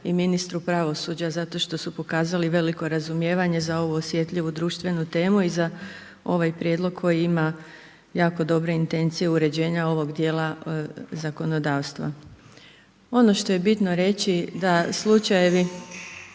i ministru pravosuđa zato što s pokazali veliko razumijevanje za ovu osjetljivu društvenu temu i za ovaj prijedlog koji ima jako dobre intencije uređenja ovog djela zakonodavstva. Ono što je bitno reći da slučajevi